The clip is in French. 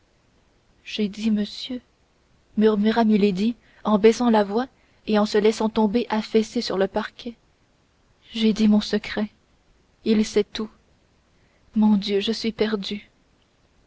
j'ai dit monsieur murmura milady en baissant la voix et en se laissant tomber affaissée sur le parquet j'ai dit mon secret il sait tout mon dieu je suis perdue